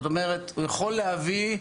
הוא יכול להביא,